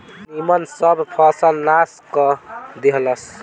निमन सब फसल नाश क देहलस